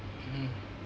mmhmm